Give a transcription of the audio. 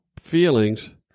feelings